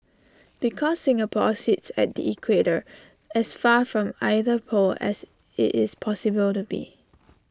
because Singapore sits at the equator as far from either pole as IT is possible to be